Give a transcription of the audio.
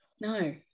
no